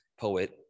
poet